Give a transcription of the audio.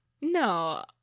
No